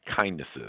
kindnesses